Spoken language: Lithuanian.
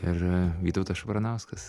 ir vytautas šapranauskas